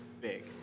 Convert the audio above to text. big